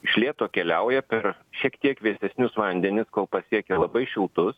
iš lėto keliauja per šiek tiek vėsesnius vandenis kol pasiekia labai šiltus